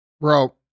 Bro